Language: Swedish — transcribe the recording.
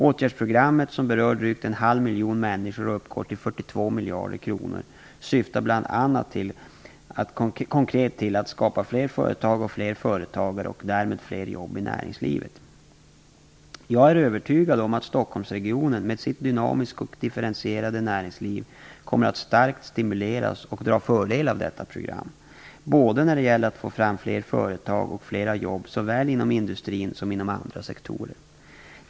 Åtgärdsprogrammet, som berör drygt en halv miljon människor och uppgår till 42 miljarder kronor, syftar bl.a. konkret till att skapa fler företag och fler företagare och därmed fler jobb i näringslivet. Jag är övertygad om att Stockholmsregionen med sitt dynamiska och differentierade näringsliv kommer att starkt stimuleras och dra fördel av detta program när det gäller att få fram företag och jobb såväl inom industrin som inom andra sektorer.